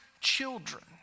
children